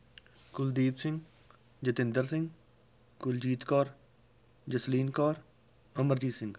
Kuldeep Singh Jatinder Singh Kuljeet Kaur Jasleen Kaur Amarjeet Singh